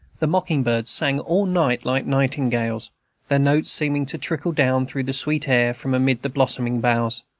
the mocking-birds sang all night like nightingales their notes seeming to trickle down through the sweet air from amid the blossoming boughs.